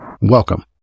Welcome